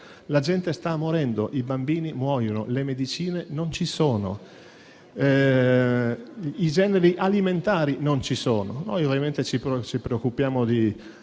La gente sta morendo, i bambini muoiono, le medicine e i generi alimentari non ci sono. Noi ovviamente ci preoccupiamo